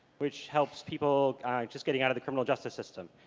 which helps people just getting out of the criminal justice system.